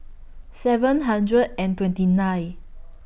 seven hundred and twenty nine